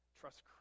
Trust